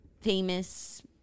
famous